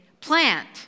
plant